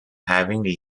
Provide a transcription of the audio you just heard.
having